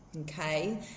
okay